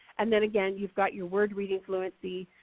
and then again you've got your word reading fluency.